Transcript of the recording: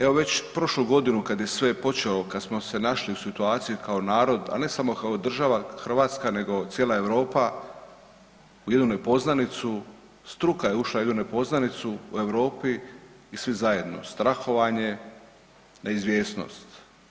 Evo već prošlu godinu kad je sve počelo kad smo se našli u situaciji kao narod, ali ne samo kao država Hrvatska nego cijela Europa u jednu nepoznanicu, struka je ušla u jednu nepoznanicu u Europi i svi zajedno, strahovanje, neizvjesnost.